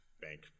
bank